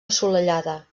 assolellada